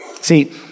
See